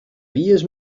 dies